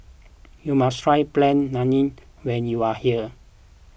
you must try Plain Naan when you are here